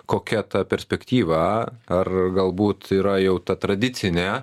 kokia ta perspektyva ar galbūt yra jau ta tradicinė